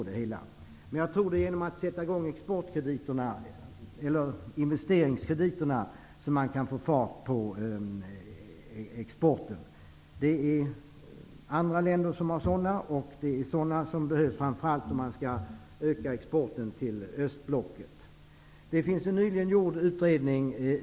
Det är genom att sätta i gång investeringskrediterna som man kan få fart på exporten. Andra länder har investeringskrediter. Det är just sådana som behövs framför allt om man skall kunna öka exporten till östblocket. Exportrådet har nyligen gjort en utredning.